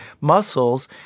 muscles